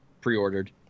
pre-ordered